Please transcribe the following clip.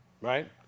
Right